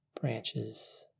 branches